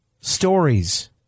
stories